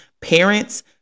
parents